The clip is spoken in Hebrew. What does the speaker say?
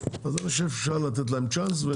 אז אני חושב שאפשר לתת להם צ'אנס.